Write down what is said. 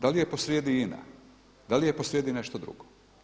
Da li je posrijedi INA, da li je posrijedi nešto drugo?